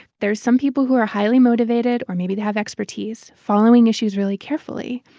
there are some people who are highly motivated or maybe they have expertise following issues really carefully.